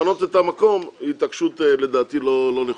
לפנות את המקום, היא התעקשות לדעתי לא נכונה.